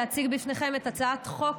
להציג בפניכם את הצעת חוק